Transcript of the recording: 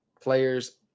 players